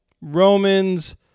Romans